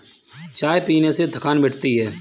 चाय पीने से थकान मिटती है